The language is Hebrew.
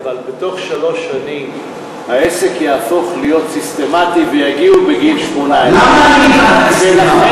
אבל בתוך שלוש שנים העסק יהפוך להיות סיסטמטי ויגיעו בגיל 18. ולכן,